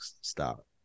stop